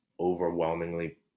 overwhelmingly